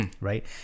right